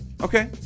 Okay